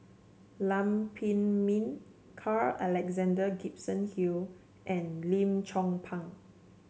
Lam Pin Min Carl Alexander Gibson Hill and Lim Chong Pang